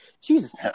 Jesus